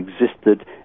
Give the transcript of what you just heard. existed